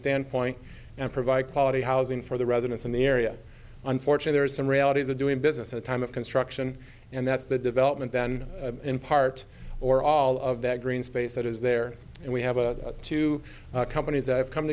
standpoint and provide quality housing for the residents in the area unfortunate there is some realities of doing business at a time of construction and that's the development then in part or all of that green space that is there and we have a two companies that have come